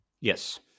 Yes